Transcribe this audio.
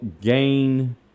gain